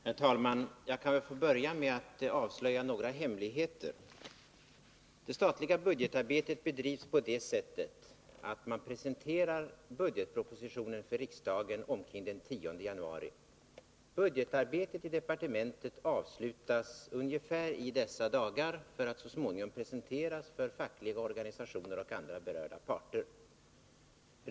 Herr talman! Jag kanske kan få börja med att avslöja några hemligheter. Det statliga budgetarbetet bedrivs på det sättet att man presenterar budgetpropositionen för riksdagen omkring den 10 januari. Budgetarbetet i departementet avslutas ungefär i dessa dagar för att så småningom presenteras för fackliga organisationer och andra berörda parter.